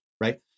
right